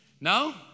No